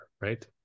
right